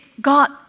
God